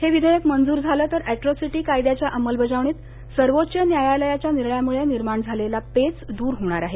हे विधेयक मंजूर झालं तर एट्रोसिटी कायद्याच्या अंमलबजावणीत सर्वोच्च न्यायालयाच्या निर्णयामुळे निर्माण झालेला पेच दूर होणार आहे